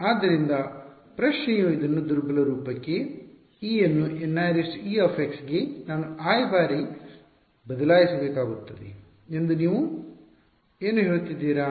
ಆದ್ದರಿಂದ ಪ್ರಶ್ನೆಯು ಇದನ್ನು ದುರ್ಬಲ ರೂಪಕ್ಕೆ e ಅನ್ನು N ie ಗೆ ನಾನು i ಬಾರಿ ಸಮಯಕ್ಕೆ ಬದಲಿಸಬೇಕಾಗುತ್ತದೆ ಎಂದು ನೀವು ಏನು ಹೇಳುತ್ತಿ ದ್ದೀರಾ